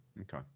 Okay